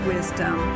Wisdom